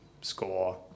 score